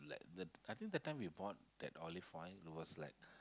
like the I think that time we bought the olive oil it was like